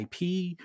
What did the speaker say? IP